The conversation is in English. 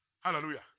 Hallelujah